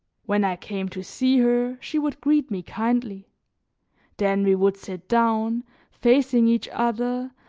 when i came to see her, she would greet me kindly then we would sit down facing each other,